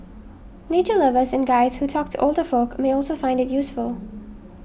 nature lovers and guides who talk to older folk may also find it useful